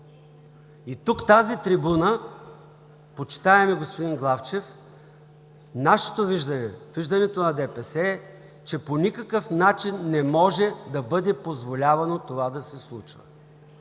И тук от тази трибуна, почитаеми господин Главчев, нашето виждане, виждането на ДПС, е, че по никакъв начин не може да бъде позволявано това да се случва.